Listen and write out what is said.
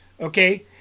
Okay